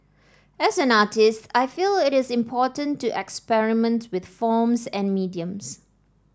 as an artist I feel it is important to experiment with forms and mediums